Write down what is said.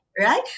right